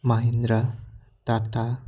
Mahindra Tata